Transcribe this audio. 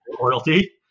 Royalty